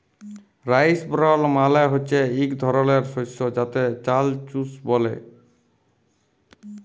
rice ব্রল মালে হচ্যে ইক ধরলের শস্য যাতে চাল চুষ ব্যলে